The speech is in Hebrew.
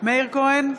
מאיר כהן,